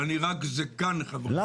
אני רק זקן חברי הכנסת.